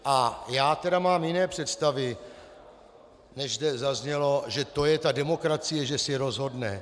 A já tedy mám jiné představy, než zde zaznělo, že to je ta demokracie, že si rozhodne.